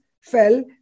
fell